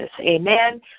Amen